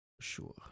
sure